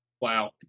Wow